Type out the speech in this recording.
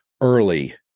early